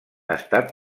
estat